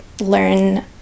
learn